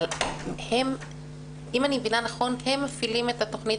אבל אם אני מבינה נכון הם מפעילים את התכנית